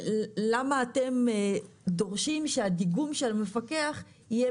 למה אתם דורשים שהדיגום של המפקח יהיה